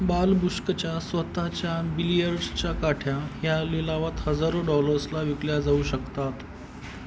बालबुश्काच्या स्वतःच्या बिलिअर्डसच्या काठ्या ह्या लिलावात हजारो डॉलर्सला विकल्या जाऊ शकतात